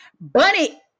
Bunny